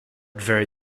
very